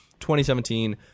2017